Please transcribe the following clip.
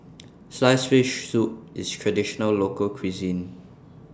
Sliced Fish Soup IS Traditional Local Cuisine